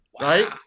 Right